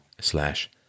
slash